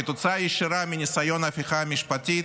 כתוצאה ישירה מניסיון ההפיכה המשפטית,